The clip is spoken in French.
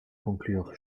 conclure